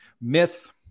myth